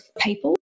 people